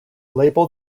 label